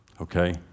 Okay